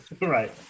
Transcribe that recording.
Right